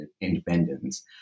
independence